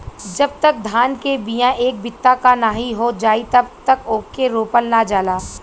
जब तक धान के बिया एक बित्ता क नाहीं हो जाई तब तक ओके रोपल ना जाला